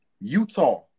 Utah